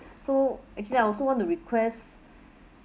so actually I also want to request